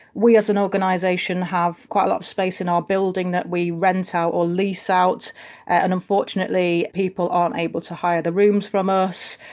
we, as an organisation, have quite a lot of space in our building that we rent out or lease out and unfortunately people aren't able to hire the rooms from us.